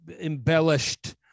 embellished